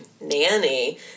Nanny